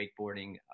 wakeboarding